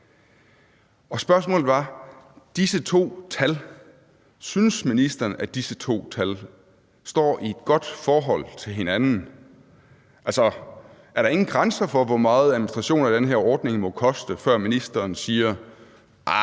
og spørgsmålet var, om ministeren synes, at disse to tal står i et godt forhold til hinanden. Altså, er der ingen grænser for, hvor meget administrationen af den her ordning må koste, før ministeren siger, at det er